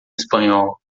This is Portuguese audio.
espanhol